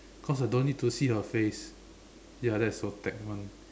because I don't need to see her face ya that is for that month